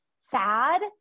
sad